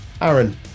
Aaron